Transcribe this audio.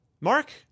Mark